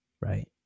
Right